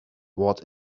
what